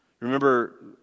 Remember